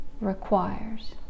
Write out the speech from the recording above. requires